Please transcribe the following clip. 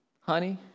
Honey